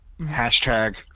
Hashtag